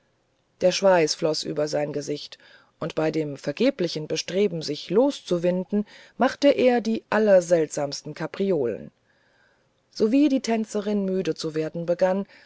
der schweiß floß über sein gesicht und bei dem vergeblichen bestreben sich loszuwinden machte er die allerseltsamsten kapriolen sowie die tänzerin müde zu werden begann